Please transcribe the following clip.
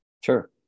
Sure